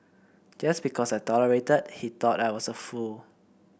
just because I tolerated he thought I was a fool